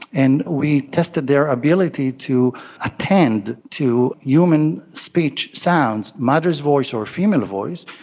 and we tested their ability to attend to human speech sounds, mother's voice or female voice,